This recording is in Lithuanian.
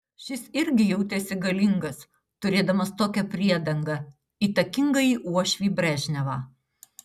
šis irgi jautėsi galingas turėdamas tokią priedangą įtakingąjį uošvį brežnevą